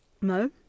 No